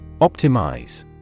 Optimize